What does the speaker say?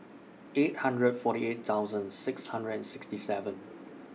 eight hundred forty eight thousand six hundred and sixty seven